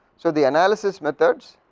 so the analysis methods,